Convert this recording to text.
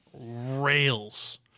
rails